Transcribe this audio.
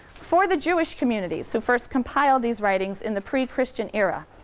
for the jewish communities who first compiled these writings in the pre-christian era,